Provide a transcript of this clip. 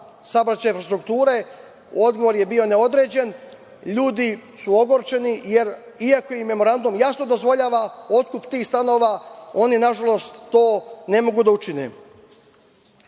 saobraćaja i infrastrukture. Odgovor je bio neodređen. Ljudi su ogorčeni, jer iako im memorandum jasno dozvoljavam otkup tih stanova, oni nažalost to ne mogu da